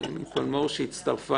אמי פלמור שהצטרפה